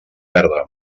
verda